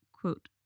quote